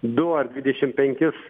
du ar dvidešim penkis